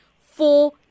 Four